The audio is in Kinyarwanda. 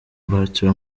bartra